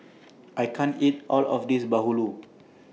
I can't eat All of This Bahulu